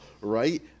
right